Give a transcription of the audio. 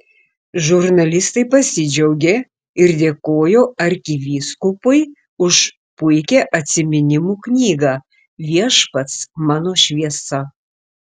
žurnalistai pasidžiaugė ir dėkojo arkivyskupui už puikią atsiminimų knygą viešpats mano šviesa